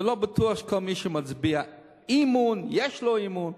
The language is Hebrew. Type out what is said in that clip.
ולא בטוח שכל מי שמצביע אמון יש לו אמון.